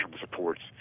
supports